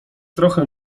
trochę